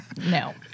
No